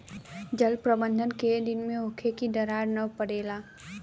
जल प्रबंधन केय दिन में होखे कि दरार न परेला?